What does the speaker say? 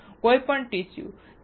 કોઈપણ ટીસ્યુ